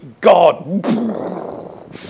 God